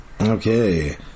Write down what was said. Okay